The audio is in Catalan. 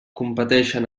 competeixen